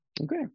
Okay